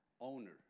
owner